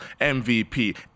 MVP